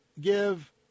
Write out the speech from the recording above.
give